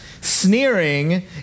Sneering